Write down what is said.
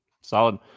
Solid